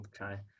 Okay